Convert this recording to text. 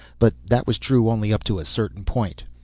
but that was true only up to a certain point.